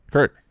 Kurt